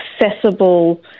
accessible